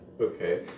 Okay